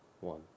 one